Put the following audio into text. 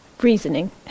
reasoning